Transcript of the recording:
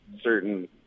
certain